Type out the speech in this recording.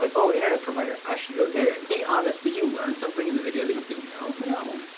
like oh! internet provider, i should go there. be honest. did you learn something in the video that you didn't know? no.